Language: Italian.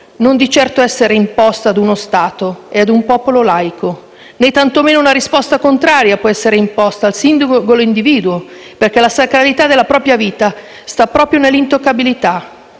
non di certo essere imposta ad uno Stato e a un popolo laico, né tantomeno una risposta contraria può essere imposta al singolo individuo, perché la sacralità della propria vita sta proprio nell'intoccabilità.